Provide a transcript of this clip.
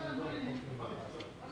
החל מהשלב הזה, יש